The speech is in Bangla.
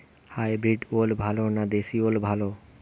হাইব্রিড ওল ভালো না দেশী ওল ভাল?